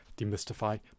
demystify